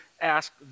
ask